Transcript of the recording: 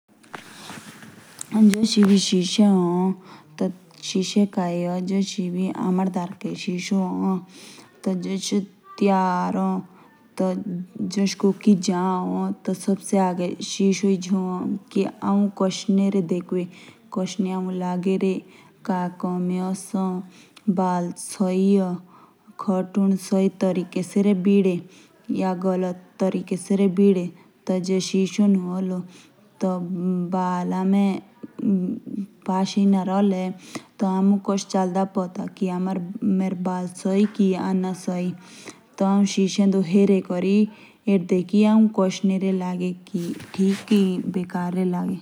जश शिशे ए। येश हमारे डार्के शीश ए। ते से तयार होनोक ए। ते सबसे आगे शीश देखो से।